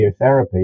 radiotherapy